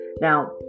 Now